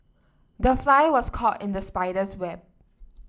the fly was caught in the spider's web